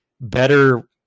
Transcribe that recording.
better